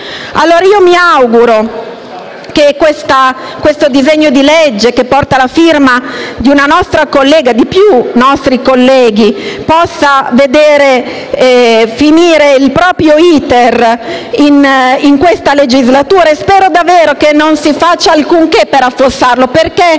non va. Mi auguro che questo disegno di legge, che porta la firma di diversi nostri colleghi, possa finire il proprio *iter* in questa legislatura e spero davvero che non si faccia alcunché per affossarlo, perché